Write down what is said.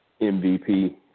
MVP